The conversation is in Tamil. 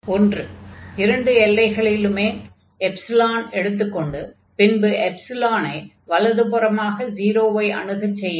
ஒன்று இரண்டு எல்லைகளிலும் எடுத்துக் கொண்டு பின்பு ஐ வலதுபுறமாக 0 ஐ அணுகச் செய்யலாம்